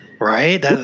Right